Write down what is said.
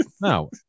No